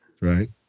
Right